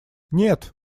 нет